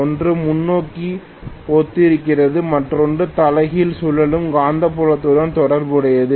ஒன்று முன்னோக்கி ஒத்திருக்கிறது மற்றொன்று தலைகீழ் சுழலும் காந்தப்புலத்துடன் தொடர்புடையது